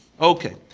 Okay